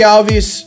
Alves